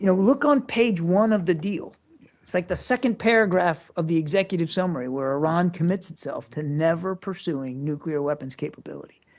you know look on page one of the deal. it's like the second paragraph of the executive summary, where iran commits itself to never pursuing nuclear weapons capability.